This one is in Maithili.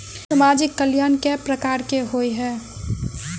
सामाजिक कल्याण केट प्रकार केँ होइ है?